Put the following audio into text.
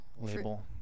Label